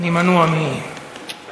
אני מנוע, חשאי.